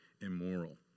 immoral